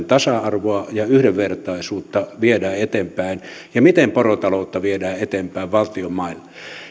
tasa arvoa ja yhdenvertaisuutta viedään eteenpäin ja miten porotaloutta viedään eteenpäin valtion mailla